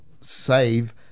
save